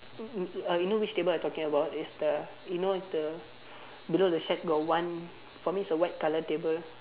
m~ m~ err you know which table I talking about it's the you know the below the shack got one for me it's a white colour table